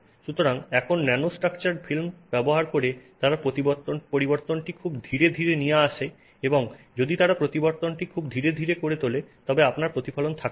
সুতরাং এখন nanostructured film ব্যবহার করে তারা পরিবর্তনটি খুব ধীরে ধীরে নিয়ে আসে এবং যদি তারা পরিবর্তনটি খুব ধীরে ধীরে করে তোলে তবে আপনার প্রতিফলন থাকে না